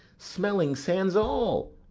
smelling sans all,